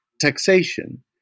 taxation